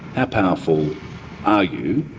how powerful are you?